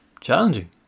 challenging